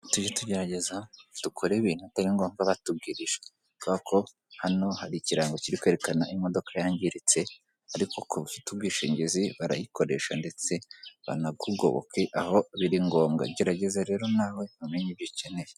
Tujye tugerageza dukore ibintu bitari ngombwa batubwirije. Kubera ko hano hari ikirango kiri kwerekana imodoka yangiritse ariko kuva ufite ubwishingizi, barayikoresha ndetse banakugoboke aho biri ngombwa. Gerageza rero nawe umenye ibyo ukeneye.